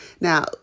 Now